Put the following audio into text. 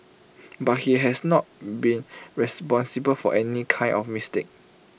but he has not been responsible for any kind of mistake